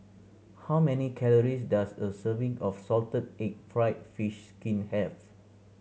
how many calories does a serving of salted egg fried fish skin have